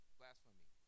blasphemy